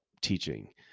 teaching